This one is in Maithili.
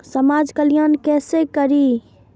समाज कल्याण केसे करी?